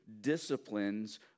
disciplines